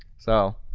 so,